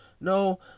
No